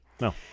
No